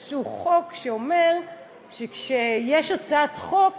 איזה חוק שאומר שכשיש הצעת חוק